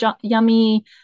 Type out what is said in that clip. yummy